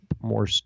more